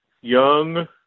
young